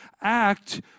act